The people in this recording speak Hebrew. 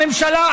הממשלה,